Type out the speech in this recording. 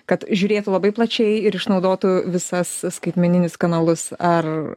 kad žiūrėtų labai plačiai ir išnaudotų visas skaitmeninius kanalus ar